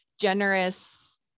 generous